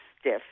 stiff